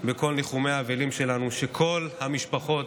בכל ניחומי האבלים שלנו, שכל המשפחות